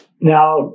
Now